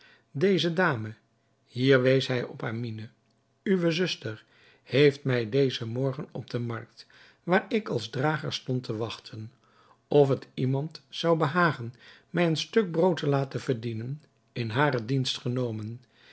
deze damehier wees hij op amine uwe zuster heeft mij dezen morgen op de markt waar ik als drager stond te wachten of het iemand zou behagen mij een stuk brood te laten verdienen in hare dienst genomen